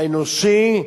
האנושי,